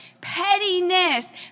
Pettiness